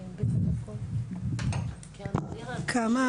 שמי קרן ואני מנהלת את מרכז הסיוע 'תאיר, כמה